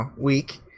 week